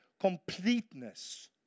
completeness